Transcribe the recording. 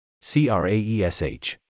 C-R-A-E-S-H